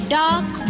dark